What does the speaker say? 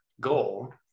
goal